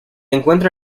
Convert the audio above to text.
encuentra